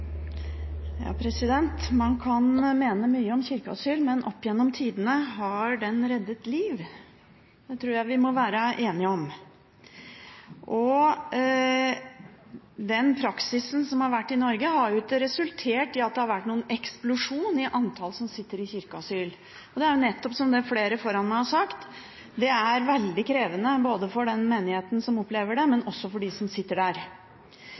Man kan mene mye om kirkeasyl, men opp gjennom tidene har det reddet liv. Det tror jeg vi må være enig om. Den praksisen som har vært i Norge, har jo ikke resultert i noen eksplosjon i antallet som sitter i kirkeasyl, og det er jo nettopp – som flere foran meg har sagt – fordi det er veldig krevende både for den menigheten som opplever det, og for dem som sitter der.